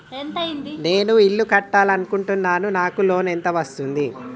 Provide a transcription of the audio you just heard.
నేను ఇల్లు కట్టాలి అనుకుంటున్నా? నాకు లోన్ ఎంత వస్తది?